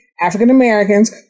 African-Americans